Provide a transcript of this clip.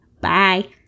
Bye